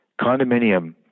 condominium